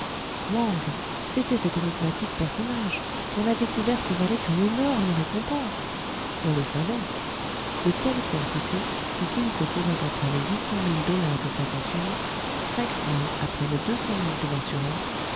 wang c'était cet énigmatique personnage dont la découverte valait une énorme récompense on le savait de telle sorte que si kin fo courait après les huit cent mille dollars de sa fortune craig fry après les deux cent mille de l'assurance